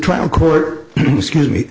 trial court excuse me